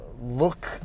look